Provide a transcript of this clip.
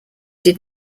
did